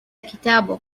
كتابك